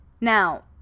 Now